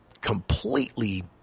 completely